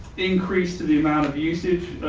increased to the amount of usage,